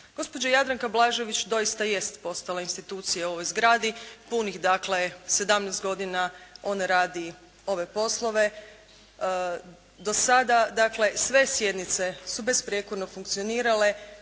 Gospođa Jadranka Blažević, doista jest postala institucija u ovoj zgradi, punih dakle, 17 godina ona radi ove poslove. Do sada, dakle, sve sjednice su besprijekorno funkcionirale,